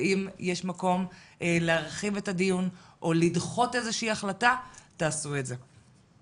ואם יש מקום להרחיב את הדיון או לדחות איזושהי החלטה תעשו את זה.